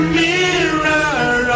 mirror